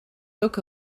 look